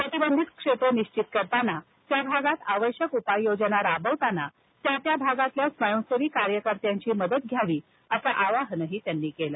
प्रतिबंधित क्षेत्र निश्चित करताना त्या भागात आवश्यक उपाययोजना राबवताना त्या त्या भागातल्या स्वयंसेवी कार्यकर्त्यांची मदत घ्या असं आवाहन त्यांनी केलं